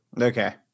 Okay